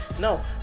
No